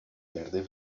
verde